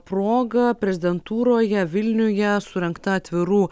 proga prezidentūroje vilniuje surengta atvirų